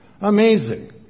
Amazing